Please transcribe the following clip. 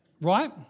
Right